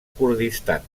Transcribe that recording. kurdistan